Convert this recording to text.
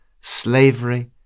slavery